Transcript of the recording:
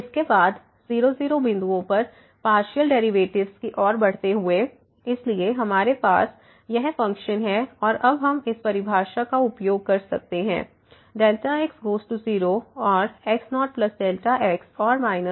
इसके बाद 0 0 बिंदुओं पर पार्शियल डेरिवेटिव्स की ओर बढ़ते हैं इसलिए हमारे पास यह फ़ंक्शन है और अब हम इस परिभाषा का उपयोग कर सकते हैं x गोज़ टू 0 और x0x और f x